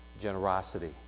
generosity